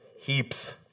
heaps